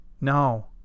No